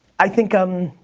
i think um,